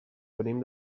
venim